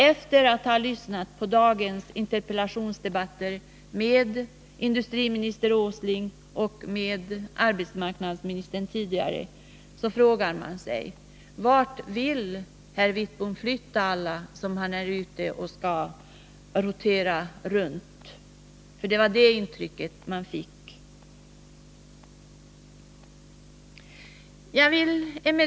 Efter att ha lyssnat på dagens interpellationsdebatter med industriministern och arbetsmarknadsministern frågar jag mig: Vart vill Bengt Wittbom flytta alla de människor som han vill skyffla runt? Att han vill det var det intryck man fick av hans anförande.